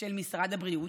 של משרד הבריאות,